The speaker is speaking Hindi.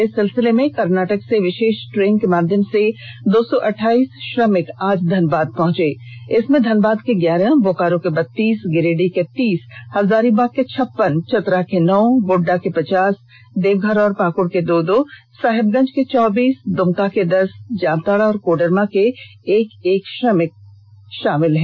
इस सिलसिले में कर्नाटक से विशेष ट्रेन के माध्यम से दो सौ अहाइस श्रमिक आज धनबाद पहुंचे इनमें धनबाद के ग्यारह बोकारो के बत्तीस गिरिडीह के तीस हजारीबाग के छप्पन चतरा के नौ गोड्डा के पचास देवघर और पाकुड़ के दो दो साहेबगंज के चौबीस दुमका के दस जामताड़ा और कोडरमा के एक एक श्रमिक शामिल हैं